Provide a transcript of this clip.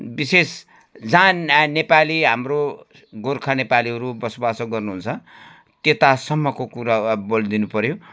विशेष जहाँ नेपाली हाम्रो गोर्खा नेपालीहरू बसोबासो गर्नुहुन्छ त्यतासम्मको कुरा अब बोलिदिनु पऱ्यो